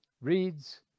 reads